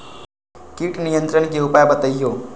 किट नियंत्रण के उपाय बतइयो?